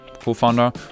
co-founder